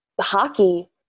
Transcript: hockey